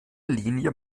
linie